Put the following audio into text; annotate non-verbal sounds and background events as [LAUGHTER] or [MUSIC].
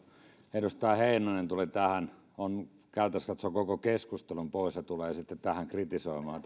edustaja heinonen tuli tähän hän on käytännössä katsoen koko keskustelun pois ja tulee sitten tähän kritisoimaan [UNINTELLIGIBLE]